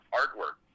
artwork